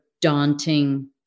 daunting